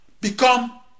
become